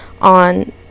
on